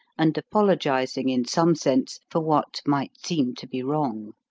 and apologizing, in some sense, for what might seem to be wrong.